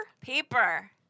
Paper